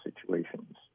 situations